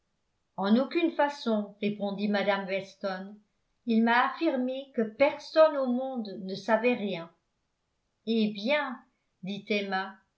en aucune façon répondit mme weston il m'a affirmé que personne au monde ne savait rien eh bien